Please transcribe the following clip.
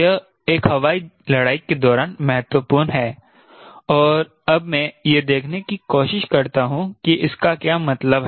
यह एक हवाई लड़ाई के दौरान महत्वपूर्ण है और अब में यह देखने की कोशिश करता हूं कि इसका क्या मतलब है